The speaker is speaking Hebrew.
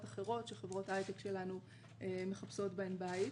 אחרות שחברות ההייטק שלנו מחפשות בהן בית.